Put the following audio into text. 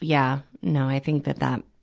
yeah. no, i think that that,